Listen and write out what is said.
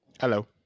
Hello